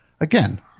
again